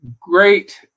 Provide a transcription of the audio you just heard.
great